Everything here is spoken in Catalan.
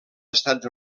estats